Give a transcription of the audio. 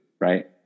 right